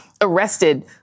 arrested